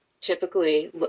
typically